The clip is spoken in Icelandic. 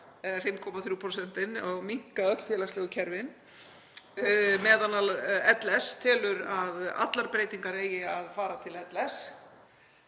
5,3% og minnka öll félagslegu kerfin. Meðan LS telur að allar breytingar eigi að fara til LS